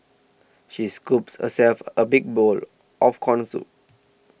she scooped herself a big bowl of Corn Soup